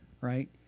right